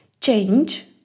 change